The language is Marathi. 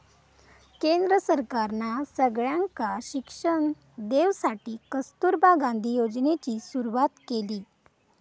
केंद्र सरकारना सगळ्यांका शिक्षण देवसाठी कस्तूरबा गांधी योजनेची सुरवात केली